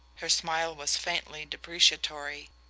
her smile was faintly depreciatory.